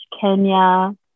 Kenya